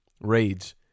raids